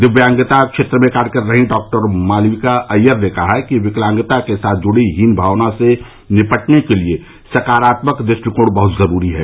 दिव्यांगता क्षेत्र में कार्य कर रहीं डॉ मालविका अय्यर ने कहा कि विकलांगता के साथ जुड़ी हीन भावना से निपटने के लिए सकारात्मक दृष्टिकोण बहुत महत्वपूर्ण है